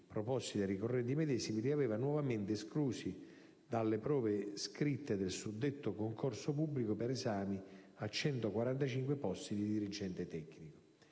proposti dai ricorrenti medesimi, li aveva nuovamente esclusi dalle prove scritte del suddetto concorso pubblico per esami a 145 posti di dirigente tecnico.